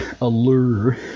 allure